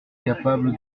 capable